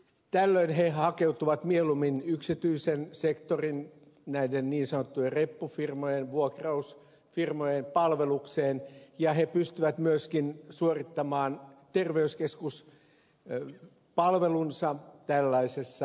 tällöin he hakeutuvat mieluummin yksityisen sektorin näiden niin sanottujen reppufirmojen vuokrausfirmojen palvelukseen ja he pystyvät myöskin suorittamaan terveyskeskuspalvelunsa tällaisessa yrityksessä